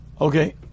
okay